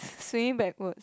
swinging backwards